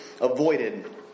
avoided